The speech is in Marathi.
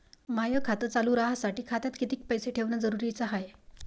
माय खातं चालू राहासाठी खात्यात कितीक पैसे बाकी ठेवणं जरुरीच हाय?